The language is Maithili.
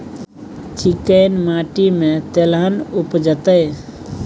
चिक्कैन माटी में तेलहन उपजतै?